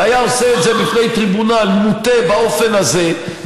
והיה עושה את זה בפני טריבונל מוטה באופן הזה,